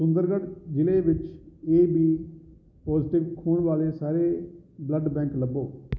ਸੁੰਦਰਗੜ੍ਹ ਜ਼ਿਲ੍ਹੇ ਵਿੱਚ A B positive ਖੂਨ ਵਾਲੇ ਸਾਰੇ ਬਲੱਡ ਬੈਂਕ ਲੱਭੋ